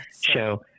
show